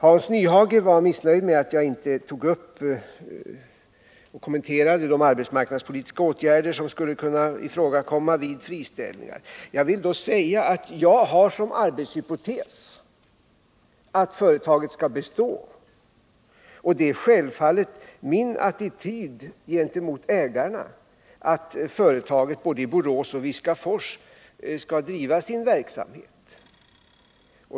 Hans Nyhage var missnöjd med att jag inte tog upp och kommenterade de arbetsmarknadspolitiska åtgärder som skulle kunna ifrågakomma vid friställningar. Jag vill dock säga att jag har som arbetshypotes att företaget skall bestå, och det är självfallet min attityd gentemot ägarna att företaget både i Borås och i Viskafors skall driva sin verksamhet.